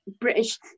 British